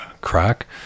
crack